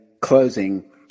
closing